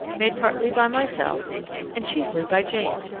made partly by myself and chiefly by jane.